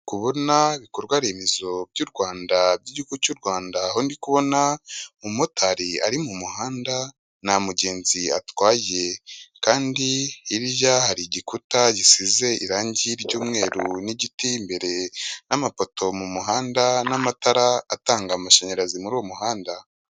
Kubona ibikorwa remezo by'u Rwanda by'igihugu cy'u Rwanda aho ndi kubona umumotari ari mu muhanda nta mugenzi atwaye kandi hirya hari igikuta gisize irangi ry'mweru n'igiti imbere n'amapoto mu muhanda n'amatara atanga amashanyarazi muri uwo muhanda.